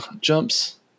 jumps